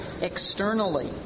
externally